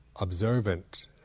observant